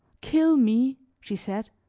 kill me! she said.